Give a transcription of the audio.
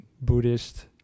Buddhist